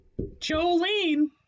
Jolene